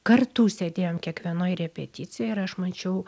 kartu sėdėjom kiekvienoj repeticijoj ir aš mačiau